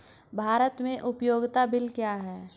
भारत में उपयोगिता बिल क्या हैं?